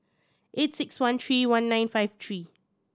eight six one three one nine five three